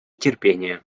терпения